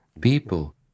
people